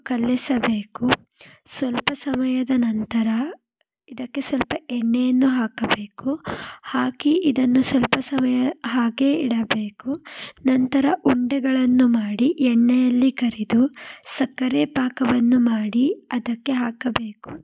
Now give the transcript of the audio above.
ಕಲಸಬೇಕು ಸ್ವಲ್ಪ ಸಮಯದ ನಂತರ ಇದಕ್ಕೆ ಸ್ವಲ್ಪ ಎಣ್ಣೆಯನ್ನು ಹಾಕಬೇಕು ಹಾಕಿ ಇದನ್ನು ಸ್ವಲ್ಪ ಸಮಯ ಹಾಗೆ ಇಡಬೇಕು ನಂತರ ಉಂಡೆಗಳನ್ನು ಮಾಡಿ ಎಣ್ಣೆಯಲ್ಲಿ ಕರೆದು ಸಕ್ಕರೆ ಪಾಕವನ್ನು ಮಾಡಿ ಅದಕ್ಕೆ ಹಾಕಬೇಕು